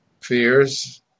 fears